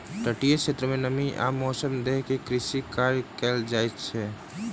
तटीय क्षेत्र में नमी आ मौसम देख के कृषि कार्य कयल जाइत अछि